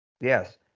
Yes